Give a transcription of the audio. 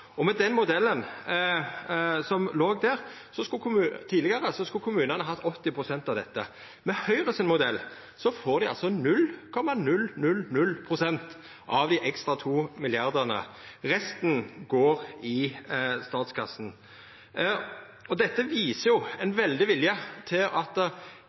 skulle kommunane hatt 80 pst. av dette, men med Høgre sin modell får dei altså 0,000 pst. av dei ekstra 2 milliardane. Resten går i statskassa. Dette viser ein veldig vilje til at